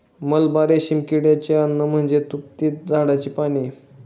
मलबा रेशीम किड्याचे अन्न म्हणजे तुतीच्या झाडाची पाने